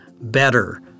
better